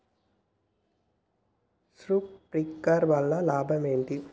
Sprinkler వల్ల లాభం ఏంటి?